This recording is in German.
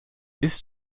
ist